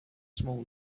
small